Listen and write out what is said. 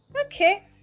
okay